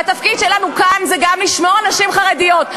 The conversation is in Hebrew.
והתפקיד שלנו כאן זה גם לשמור על נשים חרדיות,